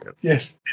Yes